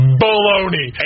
baloney